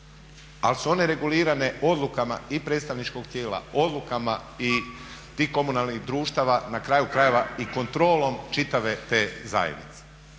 ali se one regulirane odlukama i predstavničkog tijela, odlukama i tih komunalnih društava na kraju krajeva i kontrolom čitave te zajednice.